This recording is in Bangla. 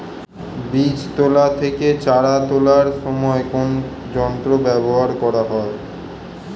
বীজ তোলা থেকে চারা তোলার সময় কোন যন্ত্র ব্যবহার করা হয়?